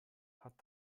hat